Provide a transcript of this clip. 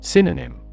Synonym